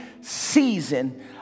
season